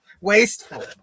Wasteful